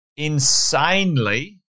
insanely